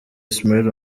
ismaïl